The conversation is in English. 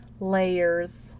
layers